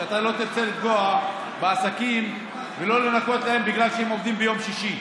שאתה לא תרצה לפגוע בעסקים ולא לנכות להם בגלל שהם עובדים ביום שישי,